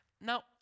Now